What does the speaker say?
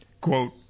Quote